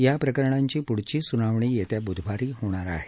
याप्रकरणांची पुढची सुनावणी येत्या ब्धवारी होणार आहे